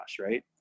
right